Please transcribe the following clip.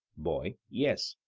boy yes.